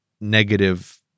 negative